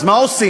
אז מה עושים?